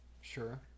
sure